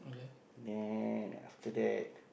then after that